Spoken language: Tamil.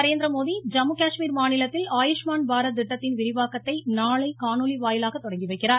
நரேந்திரமோடி ஜம்மு காஷ்மீர் மாநிலத்தில் ஆயுஷ்மான் பாரத் திட்டத்தின் விரிவாக்கத்தை நாளை காணொலி வாயிலாக தொடங்கி வைக்கிறார்